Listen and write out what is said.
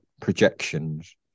projections